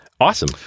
Awesome